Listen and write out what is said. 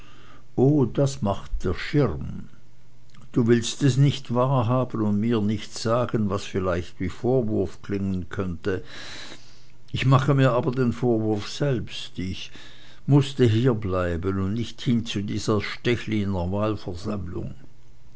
oh das macht der schirm du willst es nicht wahrhaben und mir nichts sagen was vielleicht wie vorwurf klingen könnte ich mache mir aber den vorwurf selbst ich mußte hierbleiben und nicht hin zu dieser